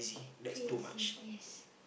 crazy yes